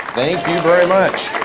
thank you very much.